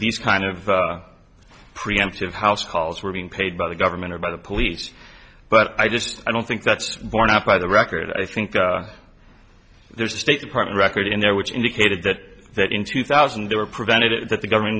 these kind of preemptive house calls were being paid by the government or by the police but i just i don't think that's borne out by the record i think there's a state department record in there which indicated that that in two thousand there were prevented it that the government